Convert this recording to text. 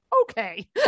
okay